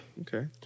okay